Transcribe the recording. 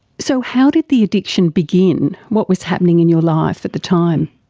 so how did the addiction begin, what was happening in your life at the time?